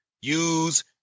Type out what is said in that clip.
use